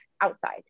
outside